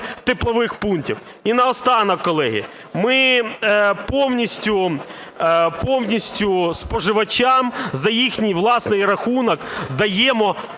теплових пунктів. І наостанок, колеги. Ми повністю споживачам за їхній власний рахунок даємо,